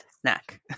snack